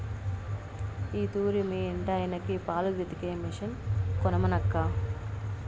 ఈ తూరి మీ ఇంటాయనకి పాలు పితికే మిషన్ కొనమనక్కా